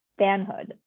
fanhood